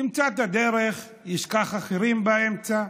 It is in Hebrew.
ימצא את הדרך, ישכח אחרים באמצע,